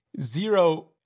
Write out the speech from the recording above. zero